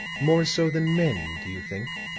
more so than men, do you think?